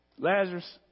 Lazarus